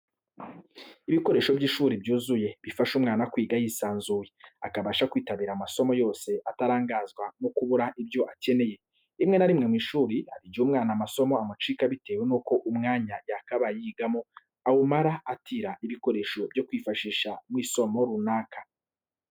Ibikoresho by'ishuri byuzuye, bifasha umwana kwiga yisanzuye, akabasha kwitabira amasomo yose atarangazwa no kubura ibyo akeneye. Rimwe na rimwe mu ishuri hari igihe umwana amasomo amucika bitewe nuko umwanya yakabaye yigamo awumara atira ibikoresho byo kwifashisha mu isomo runaka.